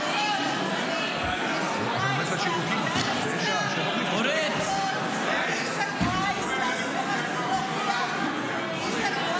אתה בעד עסקה עם חמאס --- איפה,